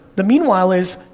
the meanwhile is,